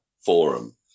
forum